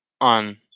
on